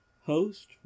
host